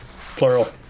Plural